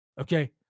Okay